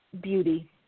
beauty